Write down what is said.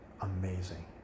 amazing